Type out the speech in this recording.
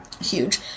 huge